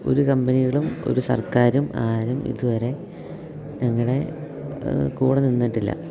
ഒരു കമ്പനികളും ഒരു സർക്കാരും ആരും ഇതുവരെ ഞങ്ങളുടെ കൂടെ നിന്നിട്ടില്ല